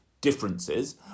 differences